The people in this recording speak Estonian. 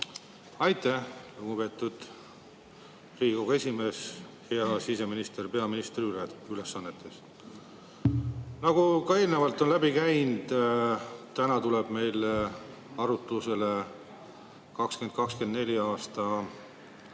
Aitäh, lugupeetud Riigikogu esimees! Hea siseminister peaministri ülesannetes! Nagu ka eelnevalt on läbi käinud, tuleb täna meil arutusele 2024. aasta